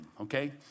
okay